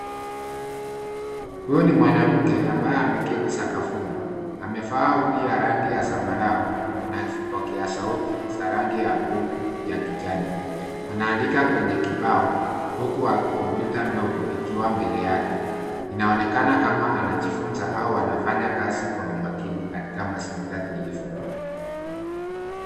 Huyu ni mwanamke ambaye ameketi sakafuni. Amevaa hoodie ya rangi ya zambarau na vipokea sauti za rangi ya bluu ya kijani. Anaandika kwenye kibao huku kompyuta ndogo ikiwa mbele yake. Inaonekana kama anajifunza au anafanya kazi kwa umakini katika mazingira tulivu.